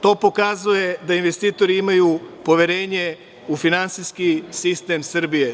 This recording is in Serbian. To pokazuje da investitori imaju poverenje u finansijski sistem Srbije.